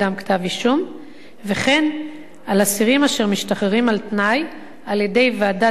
וכן על אסירים אשר משתחררים על-תנאי על-ידי ועדת השחרורים של בתי-הסוהר,